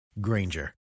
Granger